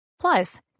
Plus